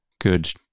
good